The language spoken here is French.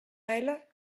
elle